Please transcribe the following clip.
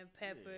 pepper